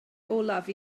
olaf